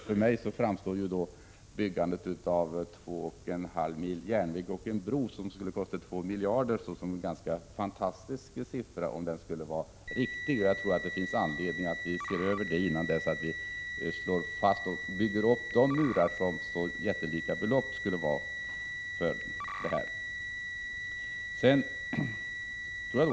När det gäller byggandet av 2,5 mil järnväg och en bro som skulle kosta 2 miljarder framstår detta belopp för mig som ganska fantastiskt — om det nu är riktigt. Jag tror att det finns anledning att se över det hela innan vi slår fast något och bygger upp de murar som så jättelika belopp skulle innebära i detta sammanhang.